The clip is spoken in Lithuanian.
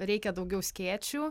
reikia daugiau skėčių